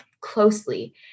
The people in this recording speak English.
closely